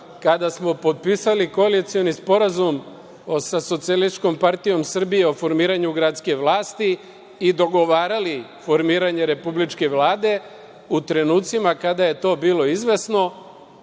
kada smo potpisali koalicioni sporazum sa SPS o formiranju gradske vlasti i dogovarali formiranje republičke Vlade, u trenucima kada je to bilo izvesno,